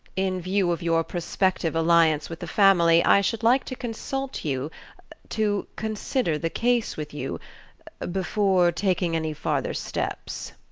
in view of your prospective alliance with the family i should like to consult you to consider the case with you before taking any farther steps.